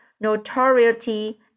notoriety